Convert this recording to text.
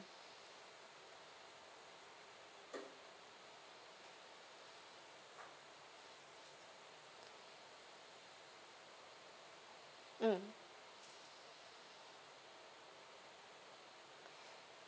mm